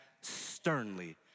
sternly